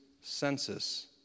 census